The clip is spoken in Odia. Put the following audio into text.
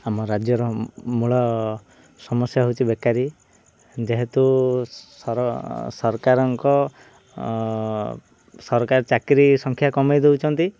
ଆମ ରାଜ୍ୟର ମୂଳ ସମସ୍ୟା ହେଉଛି ବେକାରୀ ଯେହେତୁ ସରକାରଙ୍କ ସରକାର ଚାକିରୀ ସଂଖ୍ୟା କମାଇ ଦଉଛନ୍ତି